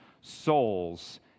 souls